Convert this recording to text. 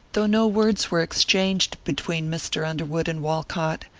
though no words were exchanged between mr. underwood and walcott,